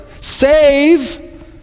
save